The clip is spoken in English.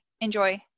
enjoy